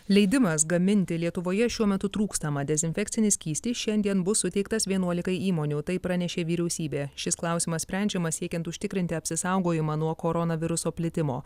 leidimas gaminti lietuvoje šiuo metu trūkstamą dezinfekcinį skystį šiandien bus suteiktas vienuolikai įmonių tai pranešė vyriausybė šis klausimas sprendžiamas siekiant užtikrinti apsisaugojimą nuo koronaviruso plitimo